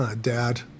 dad